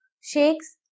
shakes